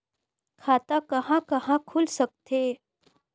खाता कहा कहा खुल सकथे?